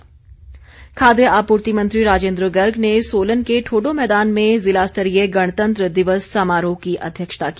सोलन गणतंत्र दिवस खाद्य आपूर्ति मंत्री राजेंद्र गर्ग ने सोलन के ठोडो मैदान में जिला स्तरीय गणतंत्र दिवस समारोह की अध्यक्षता की